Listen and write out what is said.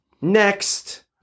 next